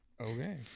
Okay